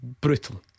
Brutal